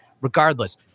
regardless